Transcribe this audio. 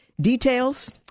Details